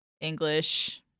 English